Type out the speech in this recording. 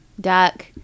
Duck